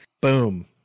Boom